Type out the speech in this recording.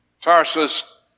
Tarsus